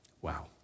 wow